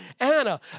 Anna